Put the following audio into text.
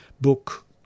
book